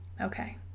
Okay